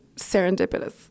serendipitous